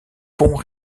pont